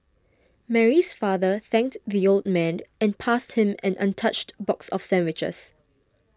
Mary's father thanked the old man and passed him an untouched box of sandwiches